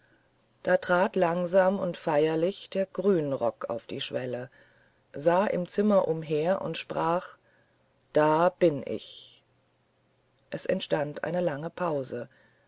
da trat langsam und feierlich der grünrock auf die schwelle sah im zimmer umher und sprach da bin ich es entstand eine lange pause